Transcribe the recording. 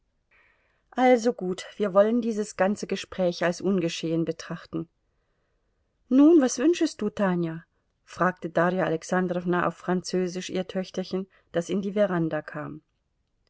also gut wir wollen dieses ganze gespräch als ungeschehen betrachten nun was wünschest du tanja fragte darja alexandrowna auf französisch ihr töchterchen das in die veranda kam